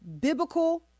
biblical